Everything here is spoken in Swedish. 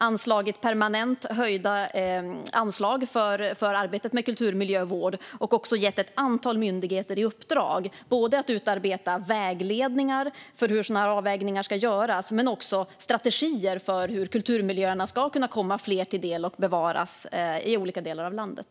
Anslagen för arbetet med kulturmiljövård har höjts permanent, och ett antal myndigheter har fått i uppdrag att utarbeta både vägledningar för hur sådana här avvägningar ska göras och strategier för hur kulturmiljöerna ska kunna komma fler till del och bevaras i olika delar av landet.